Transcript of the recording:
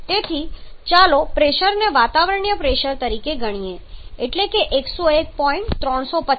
તેથી ચાલો પ્રેશરને વાતાવરણીય પ્રેશર તરીકે ગણીએ એટલે કે 101